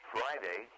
Friday